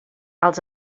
els